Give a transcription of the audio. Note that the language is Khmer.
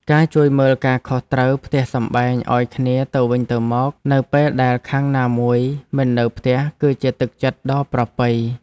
ការជួយមើលការខុសត្រូវផ្ទះសម្បែងឱ្យគ្នាទៅវិញទៅមកនៅពេលដែលខាងណាមួយមិននៅផ្ទះគឺជាទឹកចិត្តដ៏ប្រពៃ។